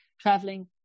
traveling